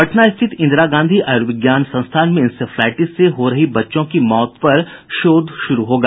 पटना स्थित इंदिरा गांधी आयुर्विज्ञान संस्थान में इंसेफ्लाइटिस से हो रही बच्चों की मौत पर शोध शुरू होगा